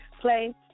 play